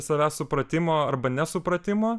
savęs supratimo arba nesupratimo